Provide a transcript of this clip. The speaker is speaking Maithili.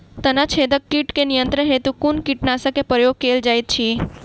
तना छेदक कीट केँ नियंत्रण हेतु कुन कीटनासक केँ प्रयोग कैल जाइत अछि?